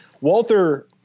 Walter